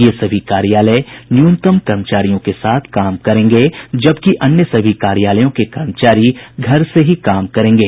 ये सभी कार्यालय न्यूनतम कर्मचारियों के साथ कार्य करेंगे जबकि अन्य सभी कार्यालयों के कर्मचारी घर से ही कार्य करेंगे